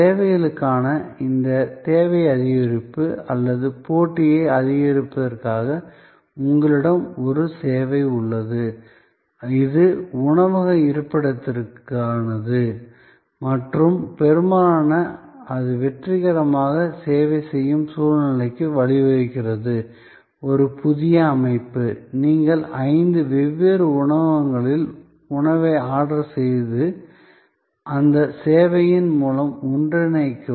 சேவைகளுக்கான இந்த தேவை அதிகரிப்பு அல்லது போட்டியை அதிகரிப்பதற்காக உங்களிடம் ஒரு சேவை உள்ளது இது உணவக இருப்பிடத்திற்கானது மற்றும் பெரும்பாலும் அது வெற்றிகரமாக சேவை செய்யும் சூழ்நிலைக்கு வழிவகுக்கிறது ஒரு புதிய அமைப்பு நீங்கள் ஐந்து வெவ்வேறு உணவகங்களில் உணவை ஆர்டர் செய்து அந்த சேவையின் மூலம் ஒன்றிணைக்கவும்